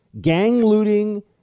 gang-looting